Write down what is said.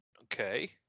okay